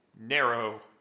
narrow